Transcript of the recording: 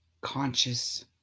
conscious